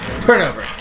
Turnover